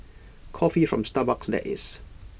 coffee from Starbucks that is